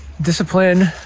discipline